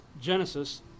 Genesis